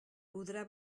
podrà